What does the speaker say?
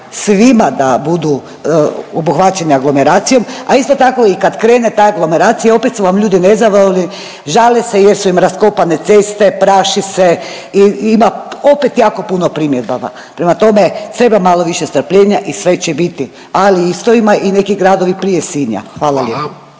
svima da budu obuhvaćeni aglomeracijom, a isto tako i kad krene ta aglomeracija opet su vam ljudi nezahvalni, žale se jer su im raskopane ceste, praši se i ima opet jako puno primjedaba. Prema tome, treba malo više strpljenja i sve će biti, ali isto ima i neki gradovi prije Sinja. Hvala lijepo.